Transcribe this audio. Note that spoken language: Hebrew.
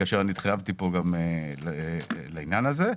כאשר אני התחייבתי פה לעניין הזה.